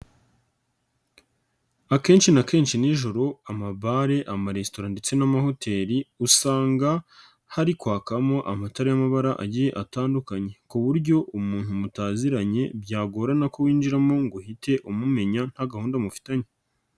Akenshi na kenshi nijoro amabare, amaresitora ndetse n'amahoteli usanga hari kwakamo amatara y'amabara atandukanye, ku buryo umuntu mutaziranye byagorana ko winjiramo ngo uhite umumenya nta gahunda mufitanye.